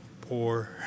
poor